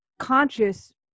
conscious